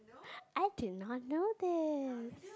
I did not know this